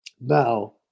now